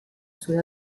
sue